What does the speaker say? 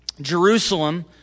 Jerusalem